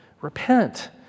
Repent